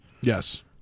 Yes